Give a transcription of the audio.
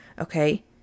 okay